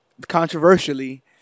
controversially